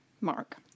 Mark